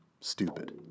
stupid